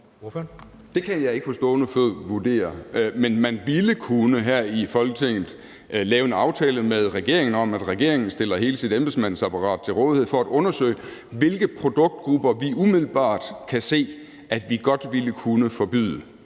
Det kan jeg ikke på stående fod vurdere. Men man ville her i Folketinget kunne lave en aftale med regeringen om, at regeringen stiller hele sit embedsmandsapparat til rådighed for at undersøge, hvilke produktgrupper vi umiddelbart kan se at vi godt ville kunne forbyde.